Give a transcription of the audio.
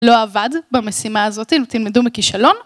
לא עבד במשימה הזאת, אם תלמדו מכישלון.